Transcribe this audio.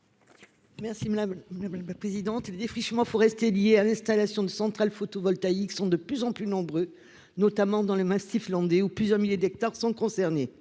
Merci la. Présidente du défrichement faut rester lié à l'installation de centrales photovoltaïques sont de plus en plus nombreux, notamment dans le massif landais ou plusieurs milliers d'hectares sont concernés.